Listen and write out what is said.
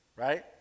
Right